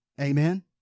Amen